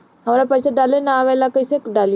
हमरा पईसा डाले ना आवेला कइसे डाली?